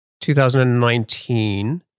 2019